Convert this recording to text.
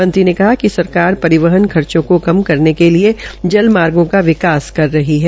मंत्री ने कहा कि सरकार परिवहन खर्चो केा कम करने के लिए जल मार्गो का विकास कर रही है